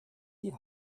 die